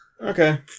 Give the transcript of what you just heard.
Okay